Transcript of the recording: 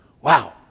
Wow